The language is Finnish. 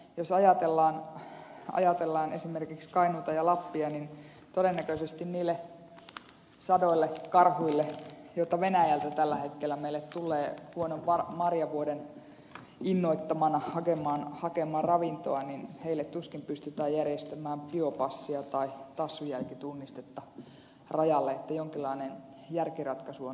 jos ajatellaan esimerkiksi kainuuta ja lappia niin todennäköisesti niille sadoille karhuille joita venäjältä tällä hetkellä meille tulee huonon marjavuoden innoittamana hakemaan ravintoa tuskin pystytään järjestämään biopassia tai tassunjälkitunnistetta rajalle joten jonkinlainen järkiratkaisu on löydettävä näihin